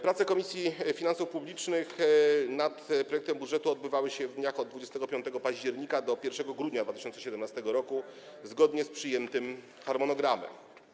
Prace Komisji Finansów Publicznych nad projektem budżetu odbywały się w dniach od 25 października do 1 grudnia 2017 r. zgodnie z przyjętym harmonogramem.